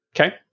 Okay